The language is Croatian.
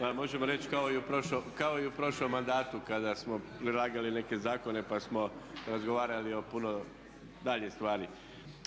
Evo možemo reći kao i u prošlom mandatu kada smo predlagali neke zakone pa smo razgovarali o puno dalje stvari.